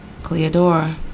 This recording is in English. Cleodora